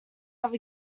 have